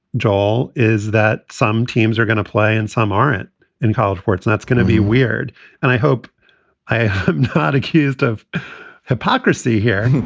joel, is that some teams are going to play and some aren't in college sports. and that's going to be weird and i hope i got accused of hypocrisy here.